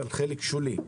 אבל זה חלק שולי.